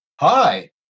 Hi